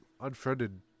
unfriended